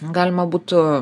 galima būtų